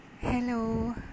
Hello